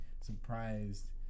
surprised